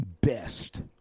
best